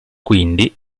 quindi